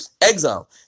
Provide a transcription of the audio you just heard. Exile